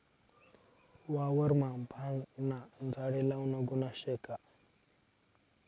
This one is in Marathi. वावरमा भांगना झाडे लावनं गुन्हा शे का?